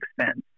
expense